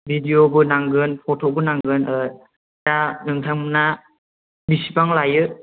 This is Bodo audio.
भिडिय'बो नांगोन फट'बो नांगोन दा नोंथांमोनहा बेसेबां लायो